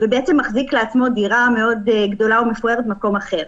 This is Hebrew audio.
מחזיק לעצמו דירה מאוד גדולה ומפוארת במקום אחר,